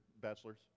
bachelor's